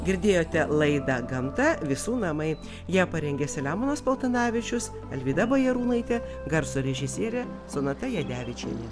girdėjote laidą gamta visų namai ją parengė selemonas paltanavičius alvyda bajarūnaitė garso režisierė sonata jadevičienė